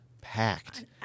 packed